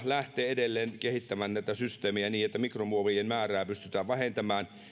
lähtee edelleen kehittämään näitä systeemejä niin että mikromuovien määrää pystytään vähentämään